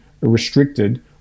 restricted